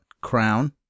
Crown